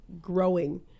growing